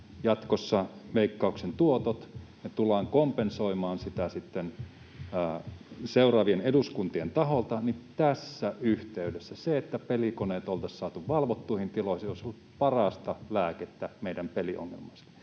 jatkossa Veikkauksen tuotot tullaan kompensoimaan sitten seuraavien eduskuntien taholta, se, että pelikoneet olisi saatu valvottuihin tiloihin. Se olisi ollut parasta lääkettä meidän peliongelmaisille.